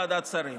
לדובאי, סע, סע,